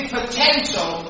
potential